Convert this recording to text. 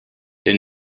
les